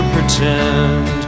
Pretend